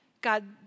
God